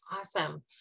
Awesome